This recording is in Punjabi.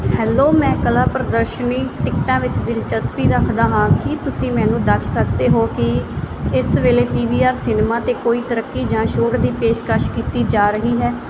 ਹੈਲੋ ਮੈਂ ਕਲਾ ਪ੍ਰਦਰਸ਼ਨੀ ਟਿਕਟਾਂ ਵਿੱਚ ਦਿਲਚਸਪੀ ਰੱਖਦਾ ਹਾਂ ਕੀ ਤੁਸੀਂ ਮੈਨੂੰ ਦੱਸ ਸਕਦੇ ਹੋ ਕੀ ਇਸ ਵੇਲੇ ਪੀ ਵੀ ਆਰ ਸਿਨੇਮਾ 'ਤੇ ਕੋਈ ਤਰੱਕੀ ਜਾਂ ਛੋਟ ਦੀ ਪੇਸ਼ਕਸ਼ ਕੀਤੀ ਜਾ ਰਹੀ ਹੈ